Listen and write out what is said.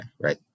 right